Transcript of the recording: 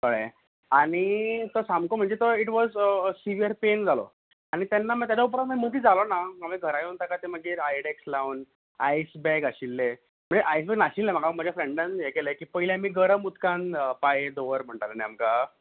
कळें आनी तो सामको म्हन्जे तो ईट वॉझ सिवियर पेन जालो आनी तेन्ना म्हाका तो उपरान माय मदीं जालो ना हांवें घरा येवन ताका तें मागीर आयडॅक्स लावन आयस बॅग आशिल्लें म्हणजे आयस बॅग नाशिल्लें म्हाका म्हाज्या फ्रँडान हें केलें की पयली आमी गरम उदकान पांय दवर म्हणटाल न्ही आमकां